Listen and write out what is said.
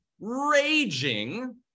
raging